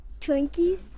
Twinkies